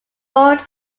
both